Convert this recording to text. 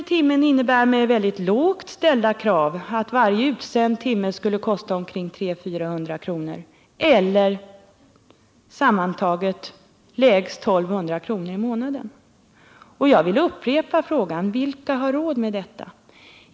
i timmen innebär med lågt ställda krav att varje utsänd timme skulle kosta 300-400 kr. eller 1 200 kr. i månaden. Fortfarande vill jag ställa frågan: Vilka har råd med detta?